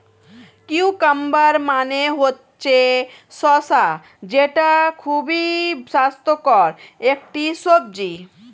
cucumber মানে হচ্ছে শসা যেটা খুবই স্বাস্থ্যকর একটি সবজি